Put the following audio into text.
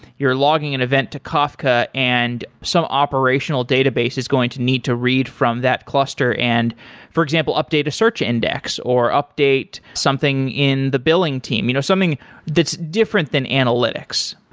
you're logging an event to kafka and some operational database is going to need to read from that cluster and for example, update a search index or update something in the billing team, you know something that's different than analytics.